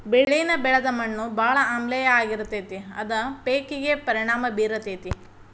ಬೆಳಿನ ಬೆಳದ ಮಣ್ಣು ಬಾಳ ಆಮ್ಲೇಯ ಆಗಿರತತಿ ಅದ ಪೇಕಿಗೆ ಪರಿಣಾಮಾ ಬೇರತತಿ